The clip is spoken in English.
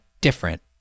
different